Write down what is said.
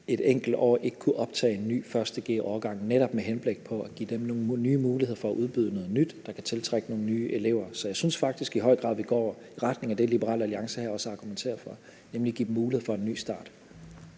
et enkelt år ikke kunne optage en ny første g-årgang, netop med henblik på at give dem nogle nye muligheder for at udbyde noget nyt, der kan tiltrække nogle nye elever. Så jeg synes faktisk i høj grad, at vi går i retning af det, Liberal Alliance her også argumenterer for, nemlig give dem mulighed for en ny start.